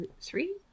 three